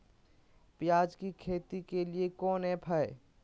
प्याज के खेती के लिए कौन ऐप हाय?